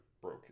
broke